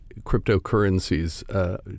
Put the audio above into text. cryptocurrencies